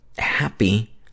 happy